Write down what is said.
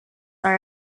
are